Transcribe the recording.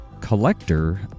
collector